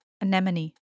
anemone